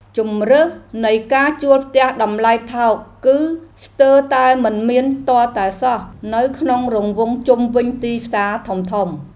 ជម្រើសនៃការជួលផ្ទះតម្លៃថោកគឺស្ទើរតែមិនមានទាល់តែសោះនៅក្នុងរង្វង់ជុំវិញទីផ្សារធំៗ។